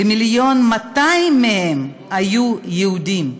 ו-1.2 מיליון מהם היו יהודים.